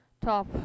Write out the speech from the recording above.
top